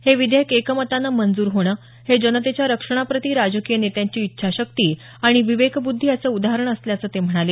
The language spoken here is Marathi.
हे विधेयक एकमतानं मंजूर होणं हे जनतेच्या रक्षणाप्रती राजकीय नेत्यांची इच्छाशक्ती आणि विवेकबुद्धी यांचं उदाहरण असल्याचं ते म्हणाले